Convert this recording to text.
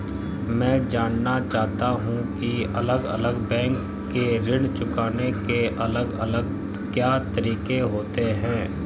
मैं जानना चाहूंगा की अलग अलग बैंक के ऋण चुकाने के अलग अलग क्या तरीके होते हैं?